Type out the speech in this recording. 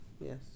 yes